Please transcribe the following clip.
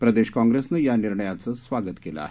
प्रदेश काँग्रेसनं या निर्णयाचं स्वागत केलं आहे